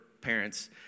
parents